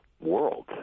world